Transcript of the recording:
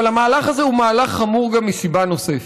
אבל המהלך הזה הוא מהלך חמור גם מסיבה נוספת.